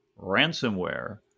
ransomware